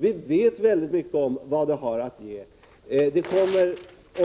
Vi vet väldigt mycket om vad det har att ge. Om vi